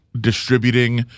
distributing